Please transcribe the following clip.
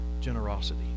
generosity